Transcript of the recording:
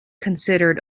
considered